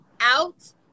out